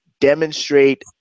demonstrate